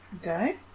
Okay